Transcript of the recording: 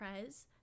Prez